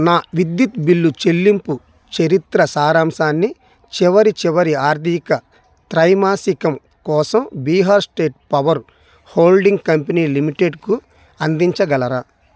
నా విద్యుత్ బిల్లు చెల్లింపు చరిత్ర సారాంశాన్ని చివరి చివరి ఆర్థిక త్రైమాసికం కోసం Bihar state power holding company లిమిటెడ్కు అందించగలరా